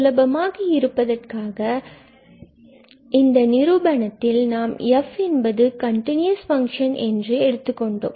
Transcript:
சுலபமாக இருப்பதற்காக இந்த நிரூபனத்தில் நாம் f என்பது கண்டினுயஸ் பஃங்க்ஷன் என்று தற்பொழுது எடுத்துக்கொண்டோம்